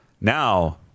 Now